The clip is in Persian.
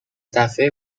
دفعه